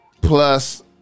Plus